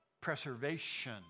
preservation